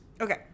Okay